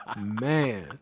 Man